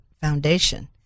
foundation